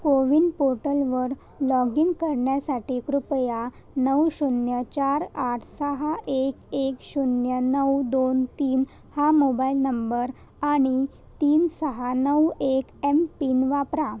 कोविन पोटलवर log in करण्यासाठी कृपया नऊ शून्य चार आठ सहा एक एक शून्य नऊ दोन तीन हा मोबाइल नंबर आणि तीन सहा नऊ एक एमपिन वापरा